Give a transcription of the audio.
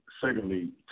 Secondly